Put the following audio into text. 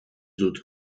dut